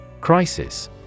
Crisis